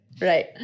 Right